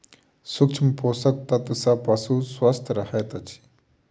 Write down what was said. सूक्ष्म पोषक तत्व सॅ पशु स्वस्थ रहैत अछि